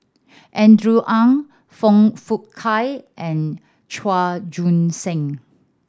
Andrew Ang Foong Fook Kay and Chua Joon Siang